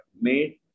made